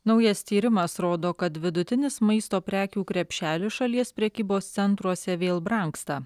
naujas tyrimas rodo kad vidutinis maisto prekių krepšelis šalies prekybos centruose vėl brangsta